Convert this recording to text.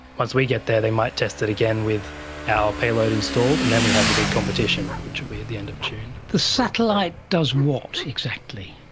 once we get there they might test it again with our payload installed, and then we have the big competition, which will be at the end of june. the satellite does what exactly?